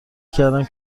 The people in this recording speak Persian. کردم